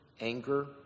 anger